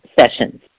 sessions